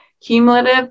Cumulative